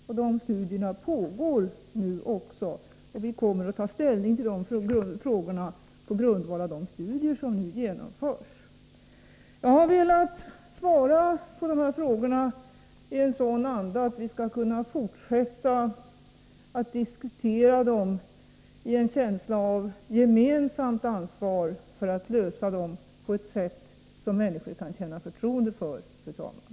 Sådana studier pågår nu, och vi kommer att ta ställning till frågorna på grundval av dessa studier. Jag har velat svara på dessa frågor i en sådan anda att vi skall kunna fortsätta att diskutera i en känsla av gemensamt ansvar för att lösa dem på ett sätt som människor kan känna förtroende för, fru talman.